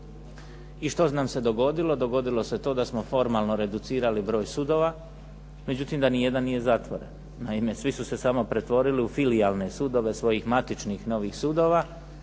I što nam se dogodilo? Dogodilo se to da smo formalno reducirali broj sudova, međutim da nijedan nije zatvoren. Naime svi su se samo pretvorili u filijalne sudove svojih matičnih novih sudova,